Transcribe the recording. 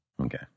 okay